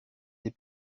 des